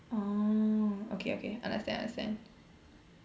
orh okay okay understand understand